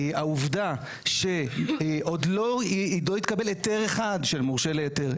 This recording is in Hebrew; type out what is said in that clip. העובדה שעוד לא התקבל היתר אחד של מורשה להיתר.